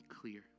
clear